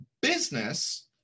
business